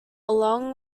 along